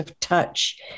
touch